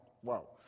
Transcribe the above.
whoa